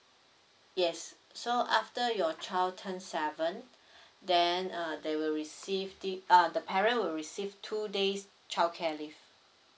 yes so after your child turns seven then uh they will receive th~ uh the parent will receive two days childcare leave